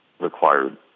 required